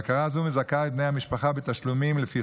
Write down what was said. ההכרה הזו מזכה את בני המשפחה בתשלומים לפי